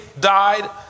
died